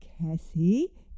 Cassie